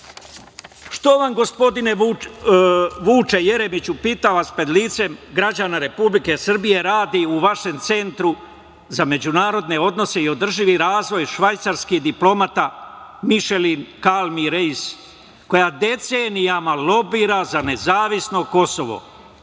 itd. Što vam, gospodine Vuče Jeremiću, pitam vas pred licem građana Republike Srbije, radi u vašem Centru za međunarodne odnose i održivi razvoj, švajcarski diplomata Mišelin Kalmi Rej, koja decenijama lobira za nezavisno Kosovo?